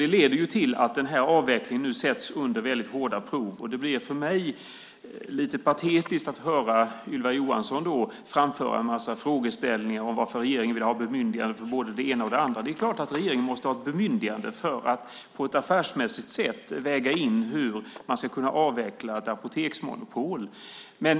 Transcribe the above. Det leder till att avvecklingen nu sätts på hårda prov. Därför blir det också lite patetiskt att höra Ylva Johansson framföra en mängd frågor om varför regeringen vill ha bemyndigande för både det ena och det andra. Det är klart att regeringen måste ha ett bemyndigande för att på ett affärsmässigt sätt väga in hur man ska kunna avveckla apoteksmonopolet.